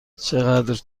چقدر